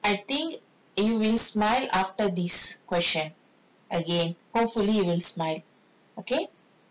I think you will smile after this question again hopefully will smile okay